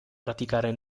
praticare